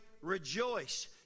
rejoice